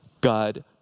God